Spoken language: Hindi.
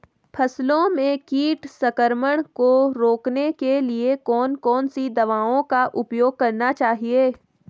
फसलों में कीट संक्रमण को रोकने के लिए कौन कौन सी दवाओं का उपयोग करना चाहिए?